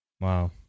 Wow